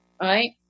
right